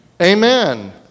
Amen